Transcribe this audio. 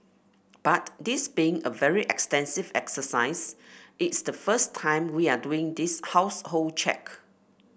but this being a very extensive exercise it's the first time we are doing this household check